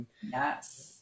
Yes